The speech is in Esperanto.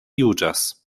juĝas